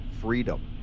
freedom